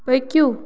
پٔکِو